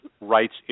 rights